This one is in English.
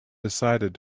decided